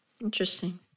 Interesting